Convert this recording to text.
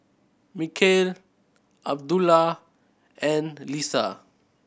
Mikhail Abdullah and Lisa